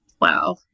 Wow